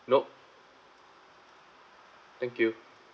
nope thank you